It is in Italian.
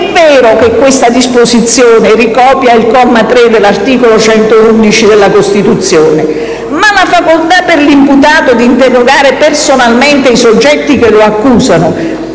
È vero che tale disposizione ricopia il testo del comma 3 dell'articolo 111 della Costituzione, ma la facoltà per l'imputato di interrogare personalmente i soggetti che lo accusano,